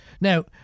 Now